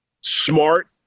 smart